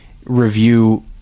review